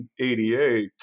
1988